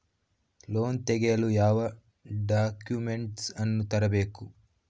Loan ತೆಗೆಯಲು ಯಾವ documents ಅನ್ನು ತರಬೇಕು?